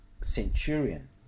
centurion